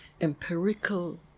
empirical